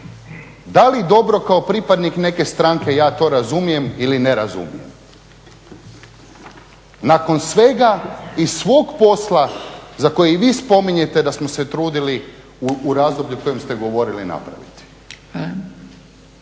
da li dobro kao pripadnik neke stranke ja to razumijem ili ne razumijem. Nakon svega i svog posla za koji i vi spominjete da smo se trudili u razdoblju kojem smo govorili napraviti.